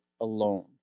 alone